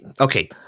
Okay